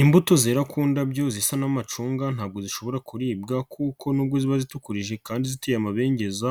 Imbuto zera ku ndabyo zisa n'amacunga ntabwo zishobora kuribwa kuko nubwo ziba zitukurije kandi ziteye amabengeza